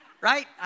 Right